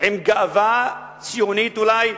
עם גאווה ציונית אולי,